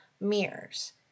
mirrors